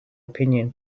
opinion